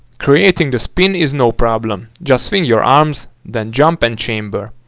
creating the spin is no problem. just swing your arms, then jump and chamber.